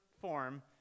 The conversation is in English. form